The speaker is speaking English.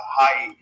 high